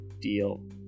deal